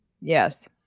Yes